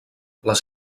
les